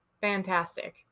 fantastic